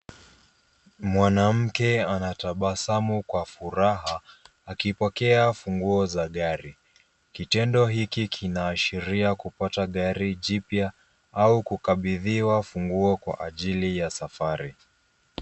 Mwanamke anatabasamu kwa furaha akipokea funguo za gari, kitendo hiki kinaashiria kupata gari jipya au kukabidhiwa ufunguo kwa ajili ya safari.